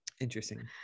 Interesting